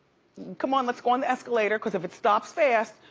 come on, let's go on the escalator cause if it stops fast,